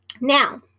Now